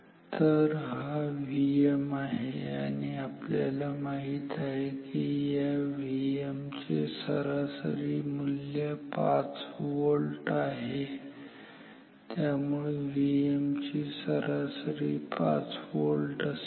तर हा Vm आहे आणि आपल्याला माहित आहे या Vm चे सरासरी मूल्य 5 व्होल्ट आहे त्यामुळे Vm ची सरासरी 5 व्होल्ट असेल